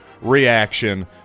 reaction